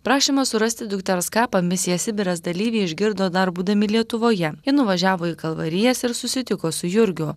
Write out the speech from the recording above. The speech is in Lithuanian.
prašymą surasti dukters kapą misija sibiras dalyviai išgirdo dar būdami lietuvoje ji nuvažiavo į kalvarijas ir susitiko su jurgiu